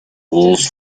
walls